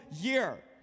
year